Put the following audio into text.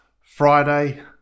Friday